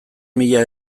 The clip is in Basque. mila